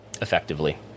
effectively